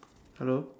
hello